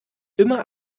immer